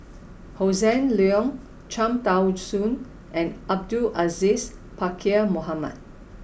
Hossan Leong Cham Tao Soon and Abdul Aziz Pakkeer Mohamed